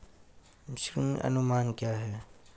ऋण अनुमान क्या है?